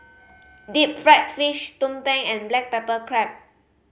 deep fried fish tumpeng and black pepper crab